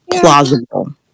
plausible